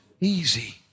easy